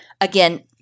again